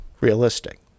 realistic